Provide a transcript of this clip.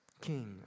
King